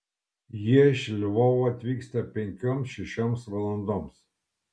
jie iš lvovo atvyksta penkioms šešioms valandoms